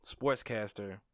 sportscaster